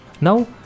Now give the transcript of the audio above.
Now